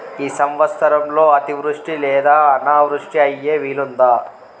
ఈ సంవత్సరంలో అతివృష్టి లేదా అనావృష్టి అయ్యే వీలుందా?